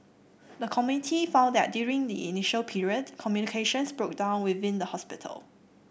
the committee found that during the initial period communications broke down within the hospital